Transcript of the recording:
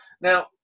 Now